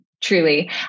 Truly